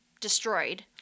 destroyed